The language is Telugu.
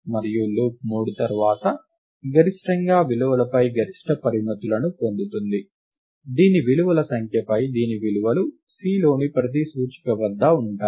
మరియు లూప్ 3 తర్వాత గరిష్టంగా విలువలపై గరిష్ట పరిమితులను పొందుతుంది దీని విలువల సంఖ్యపై దీని విలువలు Cలోని ప్రతి సూచిక వద్ద ఉంటాయి